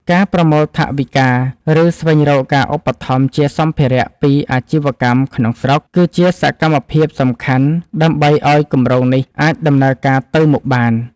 ការប្រមូលថវិកា ឬស្វែងរកការឧបត្ថម្ភជាសម្ភារៈពីអាជីវកម្មក្នុងស្រុក គឺជាសកម្មភាពសំខាន់ដើម្បីឱ្យគម្រោងនេះអាចដំណើរការទៅមុខបាន។